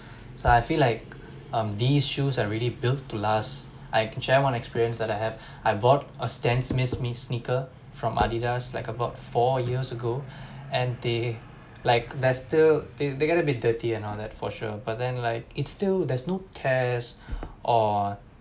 so I feel like um these shoes are really built to last I can share one experience that I have I bought a stan smith sneaker from Adidas like about four years ago and they like they still they they got a bit dirty and all that for sure but then like it's still there's no tears or